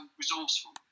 resourceful